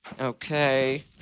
Okay